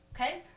Okay